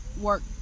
work